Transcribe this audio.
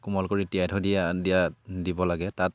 কোমল কৰি তিয়াই থৈ দিয়া দিয়া দিব লাগে তাত